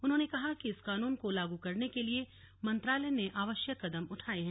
उन्होंने कहा कि इस कानून को लागू करने के लिए मंत्रालय ने आवश्यक कदम उठाए हैं